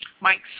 Mike